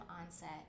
onset